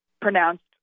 pronounced